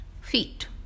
feet